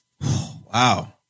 Wow